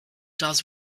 does